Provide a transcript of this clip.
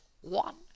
one